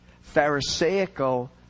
pharisaical